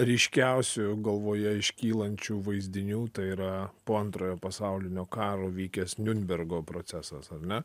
ryškiausių galvoje iškylančių vaizdinių tai yra po antrojo pasaulinio karo vykęs niunbergo procesas ar ne